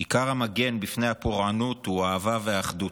"עיקר המגן בפני הפורענות הוא האהבה והאחדות.